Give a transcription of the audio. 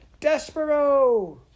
Despero